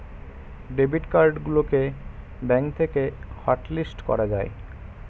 debit card গুলোকে bank থেকে hotlist করা যায়